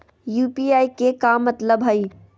UPI के का मतलब हई?